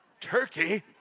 Turkey